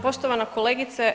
Poštovana kolegice.